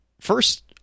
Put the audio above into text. first